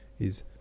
is